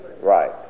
Right